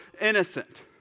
innocent